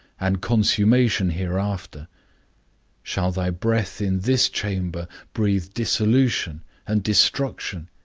and consummation hereafter shall thy breath in this chamber breathe dissolution and destruction,